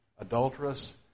adulterous